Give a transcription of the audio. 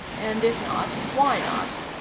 and if not, why not?